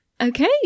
Okay